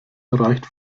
reicht